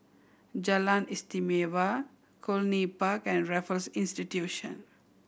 Jalan Istimewa Cluny Park and Raffles Institution